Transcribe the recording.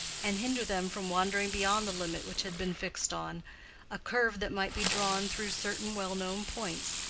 and hinder them from wandering beyond the limit which had been fixed on a curve that might be drawn through certain well-known points,